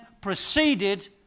proceeded